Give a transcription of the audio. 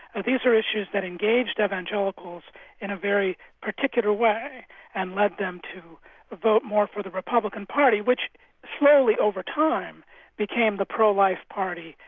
ah these are issues that engaged evangelicals in a very particular way and led them to vote more for the republican party, which slowly over time became the pro-life party,